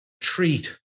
treat